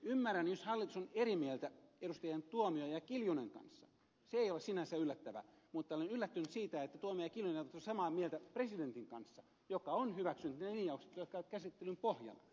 ymmärrän jos hallitus on eri mieltä edustajien tuomi oja ja kimmo kiljunen kanssa se ei ole sinänsä yllättävää mutta olen yllättynyt siitä että edustajat tuomioja ja kimmo kiljunen eivät ole samaa mieltä presidentin kanssa joka on hyväksynyt ne linjaukset jotka ovat käsittelyn pohjana